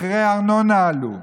מחירי הארנונה עלו,